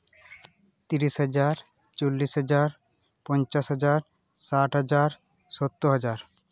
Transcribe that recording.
ᱛᱤᱨᱤᱥ ᱦᱟᱡᱟᱨ ᱪᱚᱞᱞᱤᱥ ᱦᱟᱡᱟᱨ ᱯᱚᱧᱪᱟᱥ ᱦᱟᱡᱟᱨ ᱥᱟᱴ ᱦᱟᱡᱟᱨ ᱥᱳᱛᱛᱳᱨ ᱦᱟᱡᱟᱨ